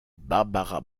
barbara